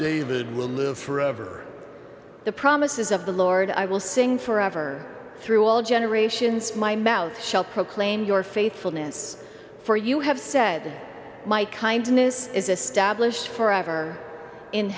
david will live forever the promises of the lord i will sing forever through all generations my mouth shut proclaim your faithfulness for you have said my kindness is established forever in